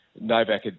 Novak